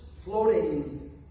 floating